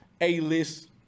A-list